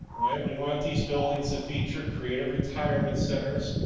right, we want these buildings to feature creative retirement centers.